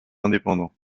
indépendant